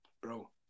bro